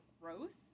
growth